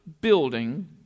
building